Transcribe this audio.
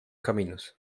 caminos